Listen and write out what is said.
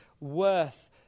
worth